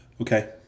Okay